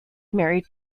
married